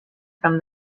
from